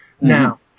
Now